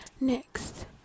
Next